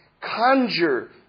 conjure